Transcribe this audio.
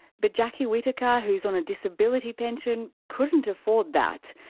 but jacki whittaker, who's on a disability pension, couldn't afford that.